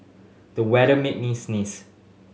the weather made me sneeze